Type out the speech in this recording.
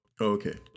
Okay